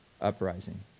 uprising